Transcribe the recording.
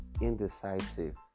indecisive